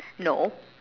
no